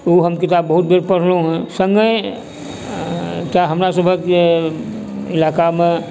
तऽ ओ हम किताब बहुत बार पढ़लहुँ हँ एकटा हमरा सभके जे इलाकामे